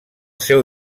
seu